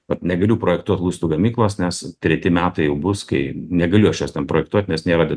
vat negaliu projektuot lustų gamyklos nes treti metai bus kai negaliu aš jos ten projektuot nes nėra